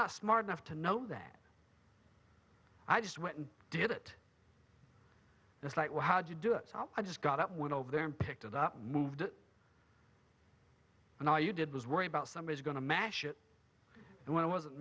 not smart enough to know that i just went and did it it's like well how do you do it so i just got up went over there and picked it up moved it and all you did was worry about somebody's going to mash it and when it wasn't